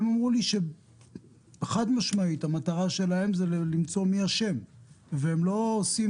הם אמרו לי שחד-משמעית המטרה שלהם היא למצוא מי אשם והם לא עושים